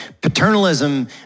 paternalism